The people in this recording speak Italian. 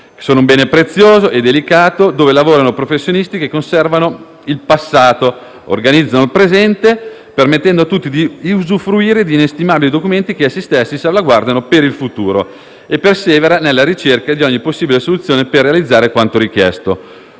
sono un bene prezioso e delicato dove lavorano professionisti che conservano il passato e organizzano il presente, permettendo a tutti di usufruire di inestimabili documenti che essi stessi salvaguardano per il futuro, e persevera nella ricerca di ogni possibile soluzione per realizzare quanto richiesto;